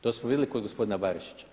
To smo vidjeli kod gospodina Barišića.